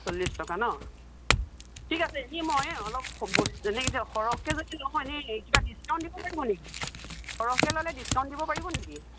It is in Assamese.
চল্লিশ টকা ন ঠিক আছে এই মই অলপ বস্তু এনে সৰহকৈ যদি লওঁ এনেই কিবা ডিচকাউণ্ট দিব পাৰিব নেকি সৰহকৈ ল'লে ডিচকাউণ্ট দিব পাৰিব নেকি